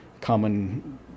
common